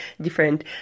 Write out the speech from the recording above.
different